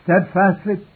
steadfastly